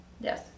Yes